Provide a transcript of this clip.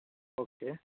okay